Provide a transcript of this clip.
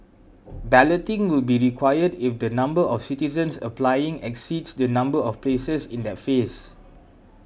balloting will be required if the number of citizens applying exceeds the number of places in that phase